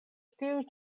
tiuj